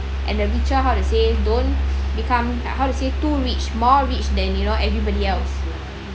and the richer how to say don't become like how to say too rich more rich than you know everybody else